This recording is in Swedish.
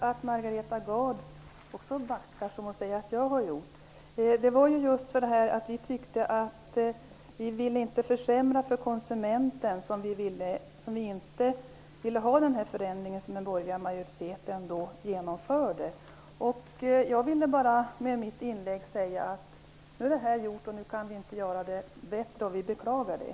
Herr talman! Jag noterar att också Margareta Gard backar, precis som hon sade att jag hade gjort. Vi tyckte att man inte skulle försämra för konsumenten. Det var därför som vi inte ville ha den förändring som den borgerliga majoriteten genomförde. Med mitt inlägg ville jag bara säga att nu är det här gjort och att det inte går att göras bättre. Vi beklagar det.